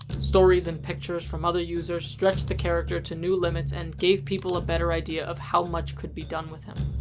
stories and pictures from other users stretched the character to new limits, and gave people a better idea of how much could be done with him.